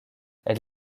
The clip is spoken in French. elle